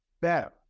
better